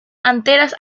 anteras